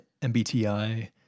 MBTI